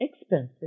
expensive